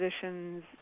positions